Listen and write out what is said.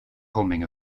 homing